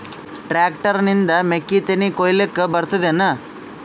Tractor ನಿಂದ ಮೆಕ್ಕಿತೆನಿ ಕೊಯ್ಯಲಿಕ್ ಬರತದೆನ?